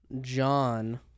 John